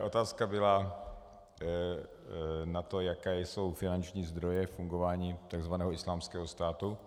Otázka byla na to, jaké jsou finanční zdroje fungování tzv. Islámského státu.